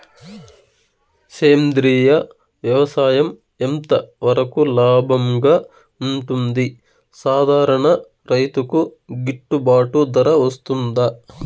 సేంద్రియ వ్యవసాయం ఎంత వరకు లాభంగా ఉంటుంది, సాధారణ రైతుకు గిట్టుబాటు ధర వస్తుందా?